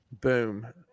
Boom